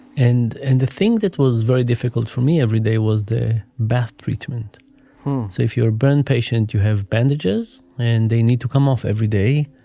and and the thing that was very difficult for me every day was the bath treatment. so if you're a brand patient, you have bandages and they need to come off every day.